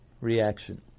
reaction